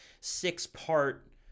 six-part